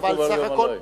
לא מקובל גם עלי.